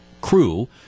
crew